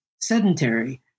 sedentary